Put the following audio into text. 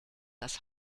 das